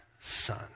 son